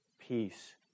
peace